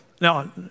now